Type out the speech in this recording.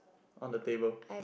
on the table